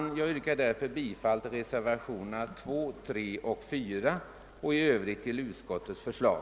Med det anförda yrkar jag bifall till reservationerna 2, 3 och 4. I övrigt yrkar jag bifall till utskottets hemställan.